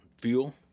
fuel